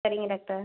சரிங்க டாக்டர்